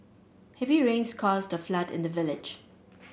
heavy rains caused the flood in the village